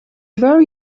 very